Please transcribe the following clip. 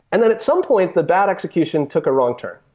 and then at some point, the bad execution took a wrong turn,